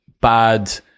bad